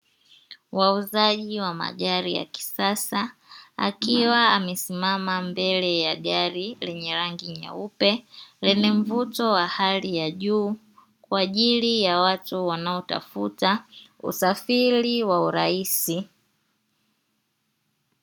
Muuzaji wa magari ya kisasa akiwa amesimama mbele ya gari yenye rangi nyeupe, lenye mvuto wa hali ya juu kwa ajili ya watu wanaotafuta usafiri wa urahisi.